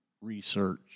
research